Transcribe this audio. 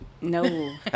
No